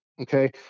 Okay